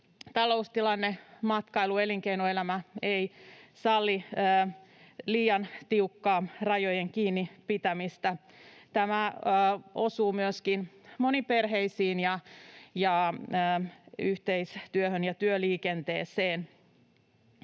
taloustilanne, matkailu ja elinkeinoelämä eivät salli liian tiukkaa rajojen kiinni pitämistä. Tämä osuu myöskin moniin perheisiin, yhteistyöhön ja työliikenteeseen.